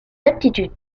aptitudes